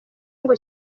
ngo